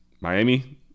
Miami